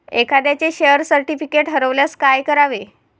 एखाद्याचे share certificate हरवल्यास काय करावे?